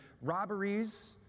robberies